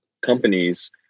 companies